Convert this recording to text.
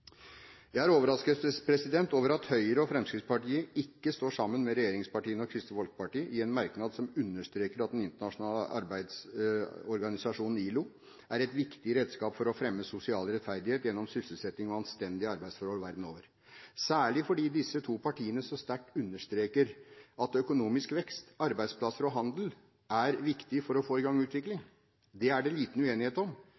Jeg er overrasket over at Høyre og Fremskrittspartiet ikke står sammen med regjeringspartiene og Kristelig Folkeparti i en merknad som understreker at Den internasjonale arbeidsorganisasjonen, ILO, er et viktig redskap for å fremme sosial rettferdighet gjennom sysselsetting og anstendige arbeidsforhold verden over, særlig fordi disse to partiene så sterkt understreker at økonomisk vekst, arbeidsplasser og handel er viktig for å få i gang utvikling. Det er det liten uenighet om.